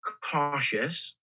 cautious